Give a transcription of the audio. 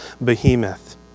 behemoth